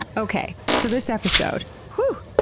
okay. so this episode whew!